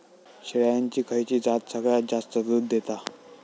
शेळ्यांची खयची जात सगळ्यात जास्त दूध देता?